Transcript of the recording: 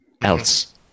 else